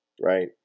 Right